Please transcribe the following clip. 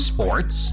Sports